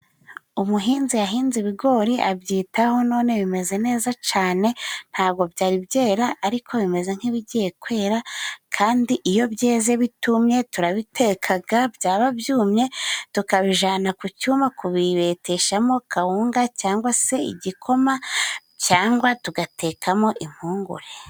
Umuhinzi yahinze ibigori abyitaho none bimeze neza cane, ntabwo byari byera ariko bimeze nk'ibigiye kwera kandi iyo byeze bitumye turabitekaga, byaba byumye tukabijana ku cyuma kubibeteshamo kawunga cyangwa se igikoma cyangwa tugatekamo impungure.